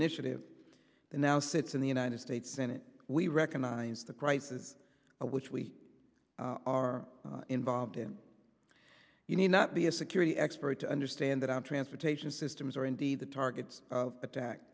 initiative and now sits in the united states senate we recognize the crisis which we are involved in you need not be a security expert to understand that our transportation systems are indeed the targets of attack